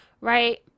right